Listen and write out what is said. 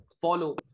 follow